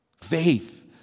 Faith